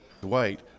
Dwight